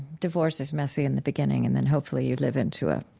divorce is messy in the beginning and then hopefully you'd live into a,